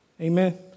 Amen